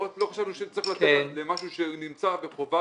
לא חשבנו שנצטרך לתת משהו שנמצא בחובה